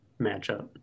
matchup